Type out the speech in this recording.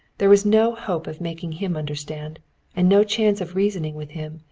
there was no hope of making him understand and no chance of reasoning with him,